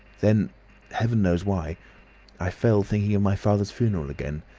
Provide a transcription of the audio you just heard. then heaven knows why i fell thinking of my father's funeral again,